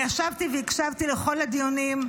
וישבתי והקשבתי לכל הדיונים,